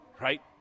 right